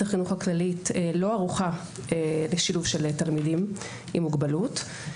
החינוך הכללית לא ערוכה לשילוב של תלמידים עם מוגבלות.